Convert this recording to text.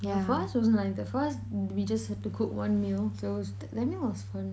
for us also like that for us we just have to cook one meal so it was I mean it was fun